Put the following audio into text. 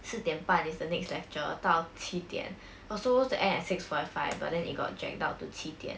四点半 is the next lecture 到七点 also should end at six forty five but then it got dragged out to 七点